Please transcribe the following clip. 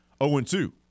0-2